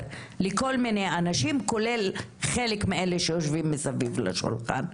לכל מיני אנשים כולל חלק מאלה שיושבים מסביב לשולחן.